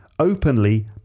openly